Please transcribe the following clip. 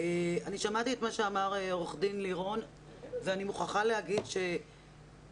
אני שמעתי את מה שאמר עו"ד לירון ואני מוכרחה להגיד שהמשפטים